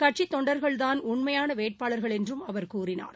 கட்சித் தொண்டர்கள்தான் உண்மையானவேட்பாளர்கள் என்றும் அவர் கூறினார்